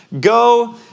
go